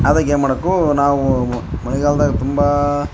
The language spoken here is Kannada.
ಆದಾಗ ಏನು ಮಾಡಬೇಕು ನಾವು ಮಳೆಗಾಲದಾಗೆ ತುಂಬ